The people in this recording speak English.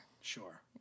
Sure